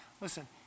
Listen